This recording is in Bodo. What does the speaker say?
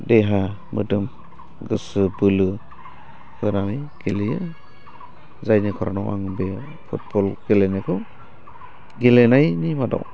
देहा मोदोम गोसो बोलो होनानै गेलेयो जायनि खारनाव आं बे फुटबल गेलेनायखौ गेलेनायनि मादाव